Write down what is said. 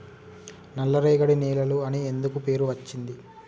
నల్లరేగడి నేలలు అని ఎందుకు పేరు అచ్చింది?